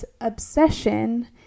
obsession